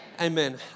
Amen